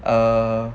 err